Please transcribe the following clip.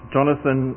Jonathan